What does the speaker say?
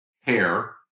hair